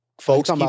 Folks